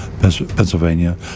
Pennsylvania